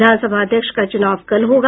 विधानसभा अध्यक्ष का चूनाव कल होगा